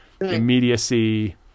immediacy